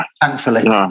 Thankfully